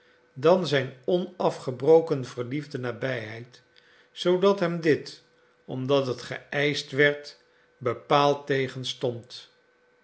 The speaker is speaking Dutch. dan zijn onafgebroken verliefde nabijheid zoodat hem dit omdat het geëischt werd bepaald